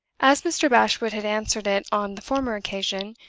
as mr. bashwood had answered it on the former occasion,